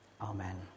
Amen